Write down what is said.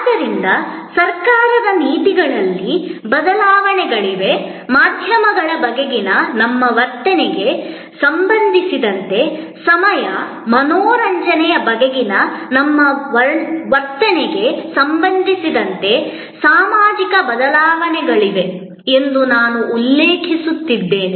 ಆದ್ದರಿಂದ ಸರ್ಕಾರದ ನೀತಿಗಳಲ್ಲಿ ಬದಲಾವಣೆಗಳಿವೆ ಮಾಧ್ಯಮಗಳ ಬಗೆಗಿನ ನಮ್ಮ ವರ್ತನೆಗೆ ಸಂಬಂಧಿಸಿದಂತೆ ಸಮಯ ಮನರಂಜನೆಯ ಬಗೆಗಿನ ನಮ್ಮ ವರ್ತನೆಗೆ ಸಂಬಂಧಿಸಿದಂತೆ ಸಾಮಾಜಿಕ ಬದಲಾವಣೆಗಳಿವೆ ಎಂದು ನಾನು ಉಲ್ಲೇಖಿಸುತ್ತೇನೆ